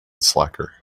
slacker